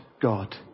God